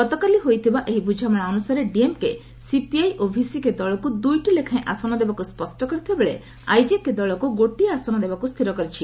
ଗତକାଲି ହୋଇଥିବା ଏହି ବୁଝାମଣା ଅନୁସାରେ ଡିଏମ୍କେ ସିପିଆଇ ଓ ଭିସିକେ ଦଳକୁ ଦୁଇଟି ଲେଖାଏଁ ଆସନ ଦେବାକୁ ସ୍ୱଷ୍ଟ କରିଥିବା ବେଳେ ଆଇଜେକେ ଦଳକୁ ଗୋଟିଏ ଆସନ ଦେବାକୁ ସ୍ଥିର କରିଛି